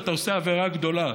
אתה עושה עבירה גדולה.